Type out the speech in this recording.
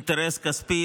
אינטרס כספי,